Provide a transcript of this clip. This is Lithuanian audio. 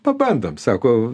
pabandom sako